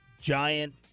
giant